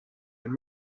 and